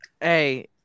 Hey